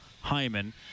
Hyman